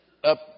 up